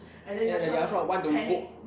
ya the yasuo want to go